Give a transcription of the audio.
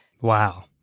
Wow